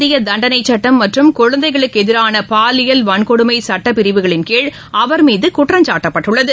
இந்திய தண்டனைச் சட்டம் மற்றும் குழந்தைகளுக்கு எதிரான பாலியல் வன்கொடுமை சட்டப் பிரிவுகளின் கீழ் அவர் மீது குற்றம்சாட்டப்பட்டுள்ளது